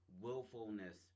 willfulness